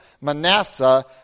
Manasseh